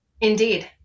Indeed